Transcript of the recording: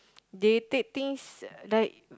they take things like